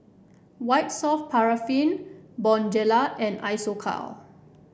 White Soft Paraffin Bonjela and Isocal